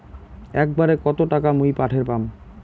একবারে কত টাকা মুই পাঠের পাম?